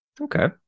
Okay